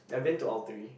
I've been to all three